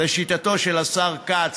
לשיטתו של השר כץ